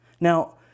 Now